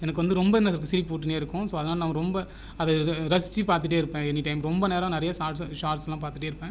எனக்கு வந்து ரொம்ப இந்த சிரிப்பூட்டினே இருக்கும் ஸோ அதுனால் நான் ரொம்ப அதை ரசிச்சு பார்த்துட்டே இருப்பேன் எனி டைம் ரொம்ப நேரம் நிறைய ஷார்ட்ஸ்லா பார்த்துகிட்டே இருப்பேன்